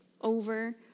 over